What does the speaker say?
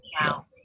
Wow